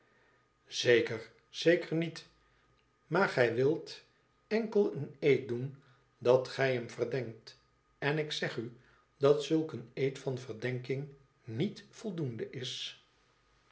zeer zeker niet maar gij wilt enkel een eed doen dat gij hem verdenkt en ik zeg u dat zulk een eed van verdenking niet voldoende is